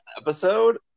episode